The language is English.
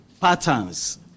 patterns